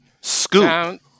Scoop